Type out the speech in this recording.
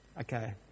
Okay